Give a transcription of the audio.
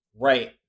Right